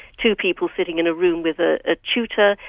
two people sitting in a room with ah a tutor,